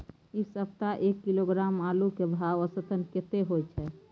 ऐ सप्ताह एक किलोग्राम आलू के भाव औसत कतेक होय छै?